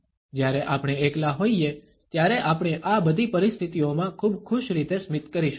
જ્યારે આપણે એકલા હોઈએ ત્યારે આપણે આ બધી પરિસ્થિતિઓમાં ખૂબ ખુશ રીતે સ્મિત કરીશું